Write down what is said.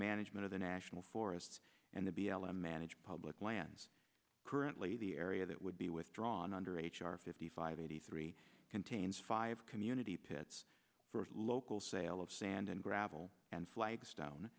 management of the national forests and the b l m managed public lands currently the area that would be withdrawn under h r fifty five eighty three contains five community pits for local sale of sand and gravel and flagstone